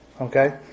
okay